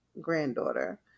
granddaughter